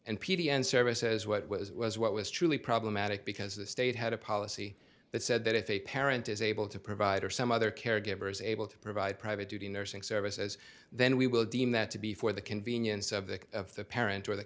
n service says what was it was what was truly problematic because the state had a policy that said that if a parent is able to provide or some other caregiver is able to provide private duty nursing services then we will deem that to be for the convenience of the the parent or the